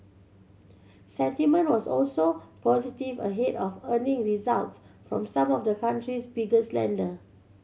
sentiment was also positive ahead of earnings results from some of the country's biggest lender